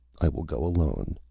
i will go alone.